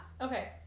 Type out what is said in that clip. Okay